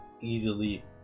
easily